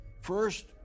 First